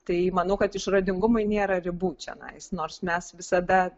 tai manau kad išradingumui nėra ribų čionais nors mes visada